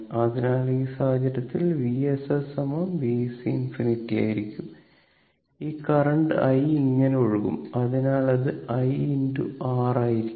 അതിനാൽ ആ സാഹചര്യത്തിൽ Vss VC∞ ആയിരിക്കും ഈ I കറന്റ് ഇങ്ങനെ ഒഴുകും അതിനാൽ അത് I R ആയിരിക്കും